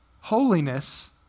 Holiness